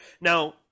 Now